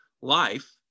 life